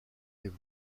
les